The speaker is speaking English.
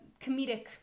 comedic